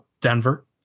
Denver